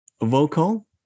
vocal